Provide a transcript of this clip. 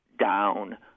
down